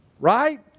right